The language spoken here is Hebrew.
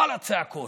ואללה צעקות.